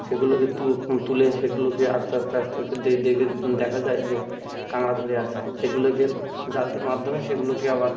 সেগুলোকে তু তুলে সেগুলোকে আস্তে আস্তে আস্তে দে দেখে দেখা যায় যে কাঁকড়া ধরে আছে সেগুলোকে জালতির মাধ্যমে সেগুলোকে আবার